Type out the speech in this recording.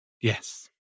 Yes